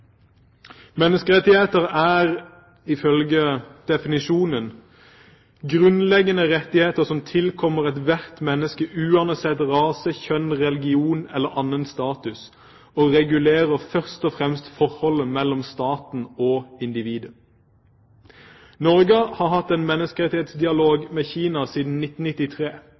Menneskerettigheter er ifølge definisjonen grunnleggende rettigheter som tilkommer ethvert menneske, uansett rase, kjønn, religion eller annen status, og regulerer først og fremst forholdet mellom staten og individet. Norge har hatt en menneskerettighetsdialog med Kina siden 1993.